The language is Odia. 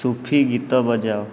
ସୁଫି ଗୀତ ବଜାଅ